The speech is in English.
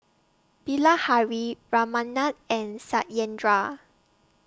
Bilahari Ramanand and Satyendra